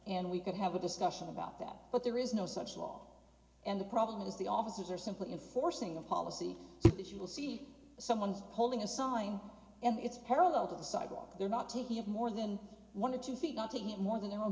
and we could have a discussion about that but there is no such law and the problem is the officers are simply enforcing a policy that you will see someone's holding a sign and it's parallel to the sidewalk they're not taking up more than one or two feet not to get more than their own